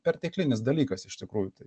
perteklinis dalykas iš tikrųjų tai